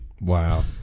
wow